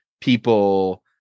people